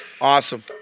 Awesome